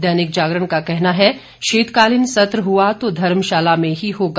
दैनिक जागरण का कहना है शीतकालीन सत्र हुआ तो धर्मशाला में ही होगा